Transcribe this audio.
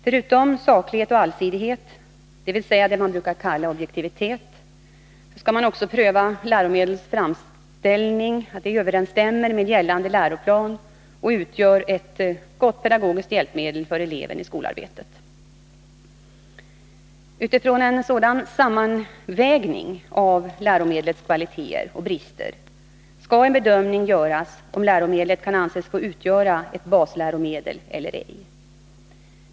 Förutom saklighet och allsidighet, dvs. det man brukar kalla objektivitet, skall man också pröva om läromedlets framställning överensstämmer med gällande läroplan och om läromedlet utgör ett gott pedagogiskt hjälpmedel för eleven i skolarbetet. Utifrån en sådan sammanvägning av läromedlets kvaliteter och brister skall en bedömning göras, om läromedlet kan anses få utgöra ett basläromedel eller ej.